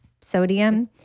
sodium